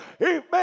Amen